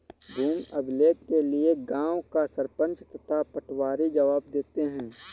भूमि अभिलेख के लिए गांव का सरपंच तथा पटवारी जवाब देते हैं